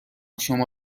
شما